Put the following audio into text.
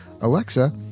Alexa